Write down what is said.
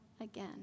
again